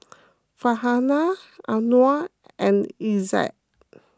Farhanah Anuar and Izzat